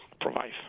provide